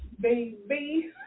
baby